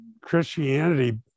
Christianity